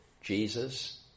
Jesus